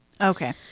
Okay